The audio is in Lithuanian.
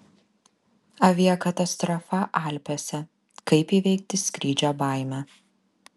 aviakatastrofa alpėse kaip įveikti skrydžio baimę